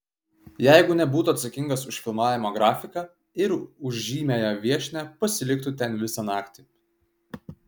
jeigu nebūtų atsakingas už filmavimo grafiką ir už žymiąją viešnią pasiliktų ten visą naktį